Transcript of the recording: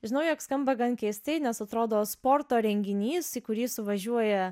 žinau jog skamba gan keistai nes atrodo sporto renginys į kurį suvažiuoja